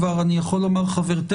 כבר אני יכול לומר חברתנו,